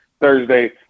Thursday